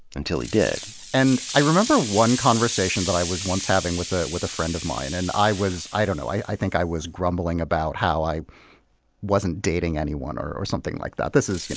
until he did. and i remember one conversation that i was once hav ing with ah with a friend of mine. and i was, i don't know, i think i was grumbling about how i wasn't dating anyone or or something like that this is, you know,